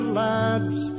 lads